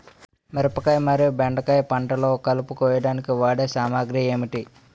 మిరపకాయ మరియు బెండకాయ పంటలో కలుపు కోయడానికి వాడే సామాగ్రి ఏమిటి?